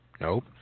nope